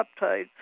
peptides